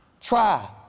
Try